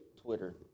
twitter